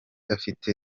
afite